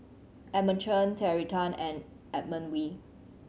Edmund Chen Terry Tan and Edmund Wee